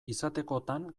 izatekotan